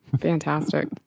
Fantastic